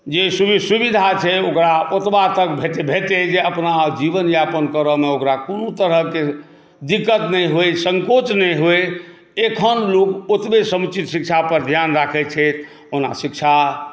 जी सुविधा छै ओकरा ओतबा तक भेटय जे अपना जीवन यापन करयमे ओकरा कोनो तरहके दिक्कत नहि होइ सङ्कोच नहि होइ एखन लोक ओतबे समुचित शिक्षापर ध्यान राखैत छथि ओना शिक्षा